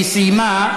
היא סיימה,